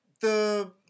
The-